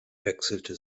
wechselte